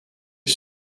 est